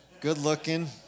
good-looking